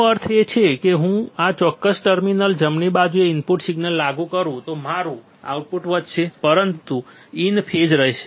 તેનો અર્થ એ છે કે જો હું આ ચોક્કસ ટર્મિનલ જમણી બાજુએ ઇનપુટ સિગ્નલ લાગુ કરું તો મારું આઉટપુટ વધશે પરંતુ ઈન ફેઝ હશે